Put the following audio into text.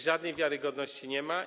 Żadnej wiarygodności nie ma.